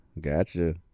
Gotcha